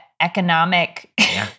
economic